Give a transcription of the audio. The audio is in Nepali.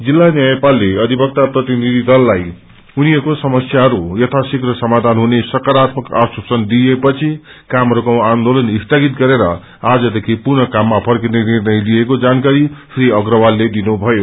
जिल्ला न्स्रायपालले अधिवक्त प्रतिनिधि दललाई उनीहरूको समस्याहरू यगीशीप्र सामाधान हुने सकरात्मक आश्वासन दिइएपछि काम रोको आन्दोलन स्थगित गरेर आजदेखि पुनः काममा फर्किने निर्णय लिइएको जानकारी श्री अप्रवालले दिनुभयो